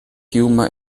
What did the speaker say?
humor